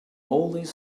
always